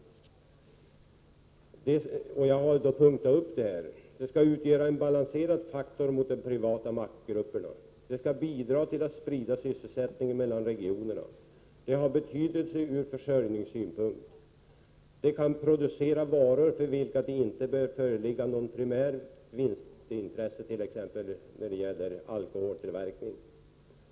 1987/88:126 skall vara: 25 maj 1988 & De skall utgöra en balanserad faktor mot de privata maktgrupperna. Statliga företag « De skall bidra till att sprida sysselsättningen mellan regionerna. « De har betydelse ur försörjningssynpunkt. & De kan producera varor för vilka det inte bör föreligga något vinstintresse, t.ex. tillverkning av alkohol.